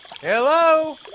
Hello